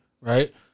right